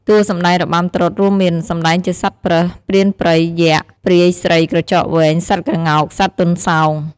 តួសម្ដែងរបាំត្រុដិរួមមាន សម្តែងជាសត្វប្រើស ព្រានព្រៃ យក្ស ព្រាយស្រីក្រចកវែង សត្វក្ងោក សត្វទន្សោង។